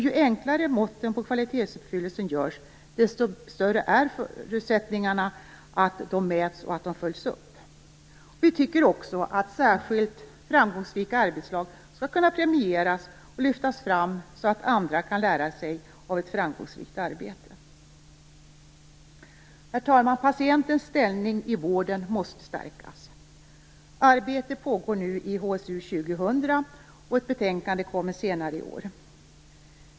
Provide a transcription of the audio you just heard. Ju enklare måtten på kvalitetsuppfyllelse görs, desto större är förutsättningen att de används och följs upp. Särskilt framgångsrika arbetslag bör också kunna premieras och lyftas fram så att andra kan lära av ett framgångsrikt arbete. Herr talman! Patientens ställning i vården måste stärkas. Arbete pågår nu i HSU 2000, och ett betänkande kommer senare i år.